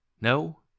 No